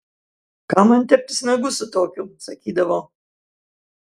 kam man teptis nagus su tokiu sakydavo